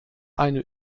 eine